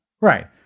Right